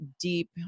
deep